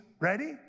ready